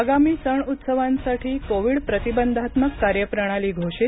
आगामी सणउत्सवांसाठी कोविड प्रतिबंधात्मक कार्यप्रणाली घोषित